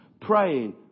praying